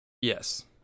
Yes